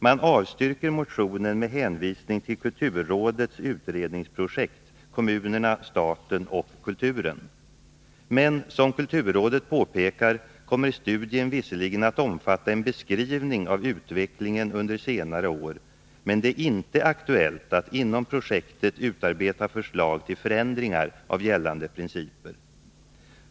Man avstyrker motionen med hänvisning till kulturrådets utredningsprojekt Kommunerna, staten och kulturen. Som kulturrådet påpekar kommer studien visserligen att omfatta en beskrivning av utvecklingen under senare år, men det är inte aktuellt att inom projektet utarbeta förslag till förändringar av gällande principer.